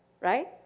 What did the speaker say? Right